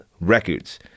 records